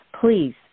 Please